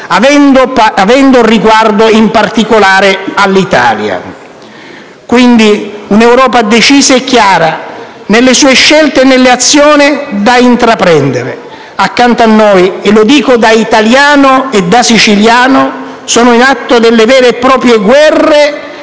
avendo riguardo in particolare all'Italia. Quindi, l'Europa deve essere decisa e chiara nelle sue scelte e nelle azioni da intraprendere. Accanto a noi - e lo dico da italiano e da siciliano - sono in atto delle vere e proprie guerre